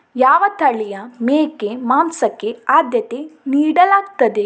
ಯಾವ ತಳಿಯ ಮೇಕೆ ಮಾಂಸಕ್ಕೆ ಆದ್ಯತೆ ನೀಡಲಾಗ್ತದೆ?